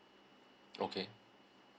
okay